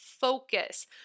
focus